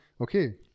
okay